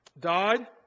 died